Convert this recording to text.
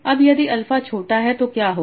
अब यदि अल्फा छोटा है तो क्या होगा